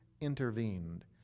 intervened